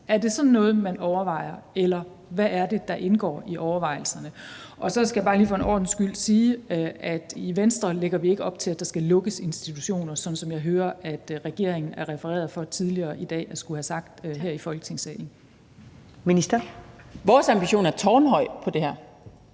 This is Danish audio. Er det sådan noget, man overvejer? Eller hvad er det, der indgår i overvejelserne? Så skal jeg bare lige for en god ordens skyld sige, at i Venstre lægger vi ikke op til, at der skal lukkes institutioner, sådan som jeg hører regeringen er refereret for at skulle have sagt tidligere i dag her i Folketingssalen. Kl. 22:10 Første